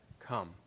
come